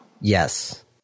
Yes